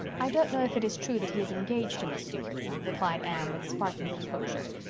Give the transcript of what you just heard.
i don't know if it is true that he is engaged to miss stuart, replied anne, with spartan composure,